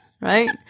Right